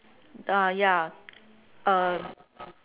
ah ya uh